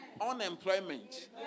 unemployment